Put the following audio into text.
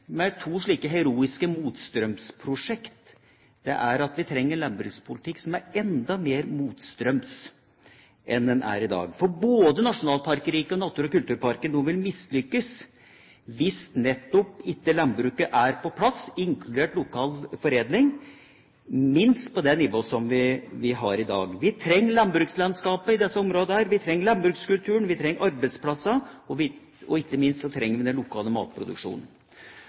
med to slike heroiske motstrømsprosjekt er at vi trenger en landbrukspolitikk som er enda mer motstrøms enn det den er i dag. Både Nasjonalparkriket og Natur- og Kulturparken vil mislykkes hvis ikke landbruket er på plass, inkludert lokal foredling, minst på det nivået som vi har i dag. Vi trenger landbrukslandskapet i disse områdene, vi trenger landbrukskulturen, vi trenger arbeidsplasser, og ikke minst trenger vi den lokale matproduksjonen.